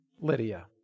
Lydia